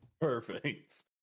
Perfect